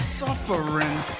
suffering